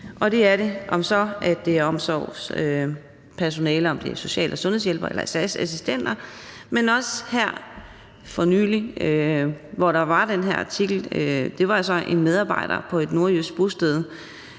det er det, om det så er omsorgspersonale, eller om det er social- og sundhedshjælpere eller -assistenter. Der var her for nylig også den her artikel om en medarbejder på et nordjysk bosted,